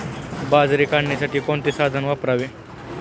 बाजरी काढण्यासाठी कोणते साधन वापरावे?